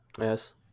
Yes